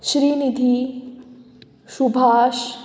Srinidhi Subhash